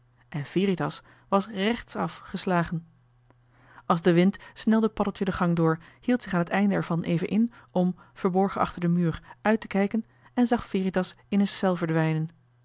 en veritas was rechtsaf geslagen als de wind snelde paddeltje de gang door hield zich aan het einde ervan even in om verborgen achter den muur uit te kijken en zag veritas in een cel verdwijnen